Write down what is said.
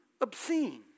obscene